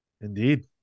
Indeed